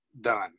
done